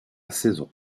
saison